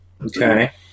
Okay